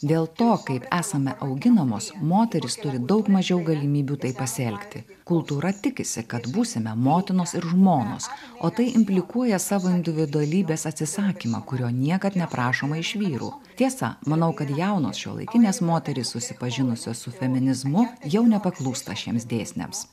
dėl to kaip esame auginamos moterys turi daug mažiau galimybių taip pasielgti kultūra tikisi kad būsime motinos ir žmonos o tai implikuoja savo individualybės atsisakymą kurio niekad neprašoma iš vyrų tiesa manau kad jaunos šiuolaikinės moterys susipažinusios su feminizmu jau nepaklūsta šiems dėsniams